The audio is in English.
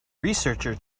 researcher